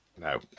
No